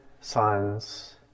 sons